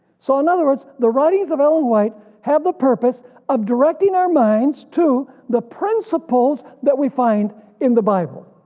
so in other words the writings of ellen white have the purpose of directing our minds to the principles that we find in the bible.